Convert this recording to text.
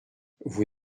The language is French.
vous